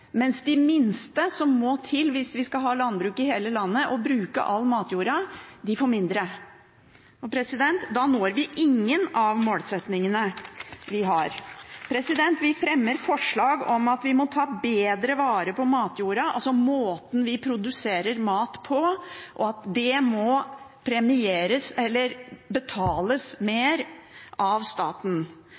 mens de minste, som må til hvis vi skal ha landbruk i hele landet og bruke all matjorda, får mindre. Da når vi ingen av de målsettingene vi har. Vi fremmer forslag om at vi må ta bedre vare på matjorda, altså måten vi produserer mat på, og at det må betales mer av staten.